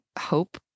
hope